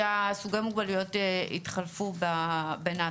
שסוגי המוגבלויות יתחלפו בין ההדרכות.